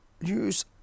use